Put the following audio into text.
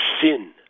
sin